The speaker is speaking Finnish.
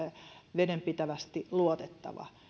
vedenpitävästi luotettava